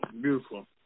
beautiful